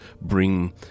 bring